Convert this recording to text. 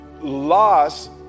loss